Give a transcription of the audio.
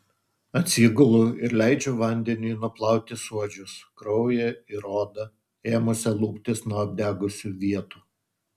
atsigulu ir leidžiu vandeniui nuplauti suodžius kraują ir odą ėmusią luptis nuo apdegusių vietų